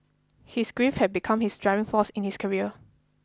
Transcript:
his grief had become his driving force in his career